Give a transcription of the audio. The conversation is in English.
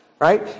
Right